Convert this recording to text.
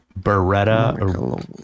Beretta